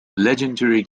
legendary